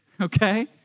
Okay